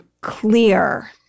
clear